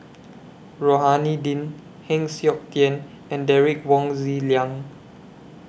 Rohani Din Heng Siok Tian and Derek Wong Zi Liang